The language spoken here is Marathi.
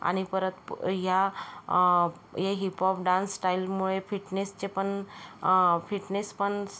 आणि परत प ह्या ये हिपॉप डान्स स्टाईलमुळे फिटनेसचे पण फिटनेस पण